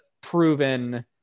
proven